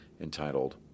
entitled